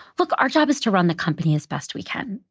look, our job is to run the company as best we can.